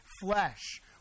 flesh